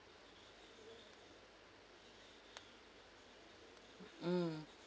mm